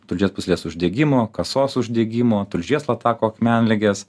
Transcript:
tulžies pūslės uždegimo kasos uždegimo tulžies latakų akmenligės